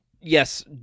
yes